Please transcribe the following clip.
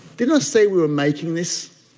didn't i say we were making this?